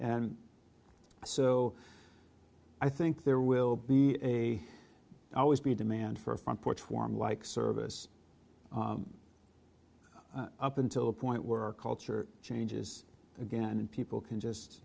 and so i think there will be a always be a demand for a front porch warm like service up until the point where our culture changes again and people can just